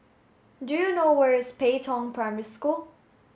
do you know where is Pei Tong Primary School